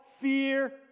fear